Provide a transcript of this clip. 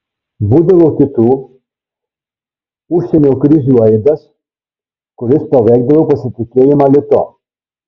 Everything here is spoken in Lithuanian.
būdavo kitų užsienio krizių aidas kuris paveikdavo pasitikėjimą litu